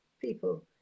people